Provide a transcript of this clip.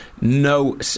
no